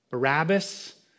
Barabbas